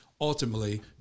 ultimately